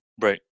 Right